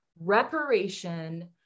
reparation